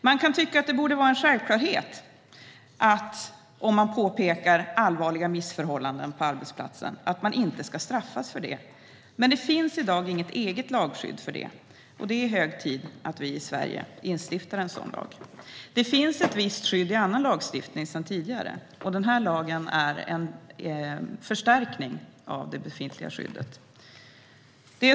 Man kan tycka att det borde vara en självklarhet att man, om man påpekar allvarliga missförhållanden på arbetsplatsen, inte ska straffas för det. Men det finns i dag inget eget lagskydd för det. Det är hög tid att vi i Sverige instiftar en sådan lag. Det finns ett visst skydd i annan lagstiftning sedan tidigare. Den här lagen är en förstärkning av det befintliga skyddet.